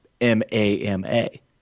M-A-M-A